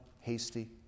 hasty